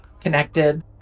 connected